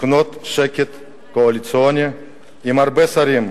לקנות שקט קואליציוני עם הרבה שרים,